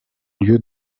lieu